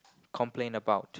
complain about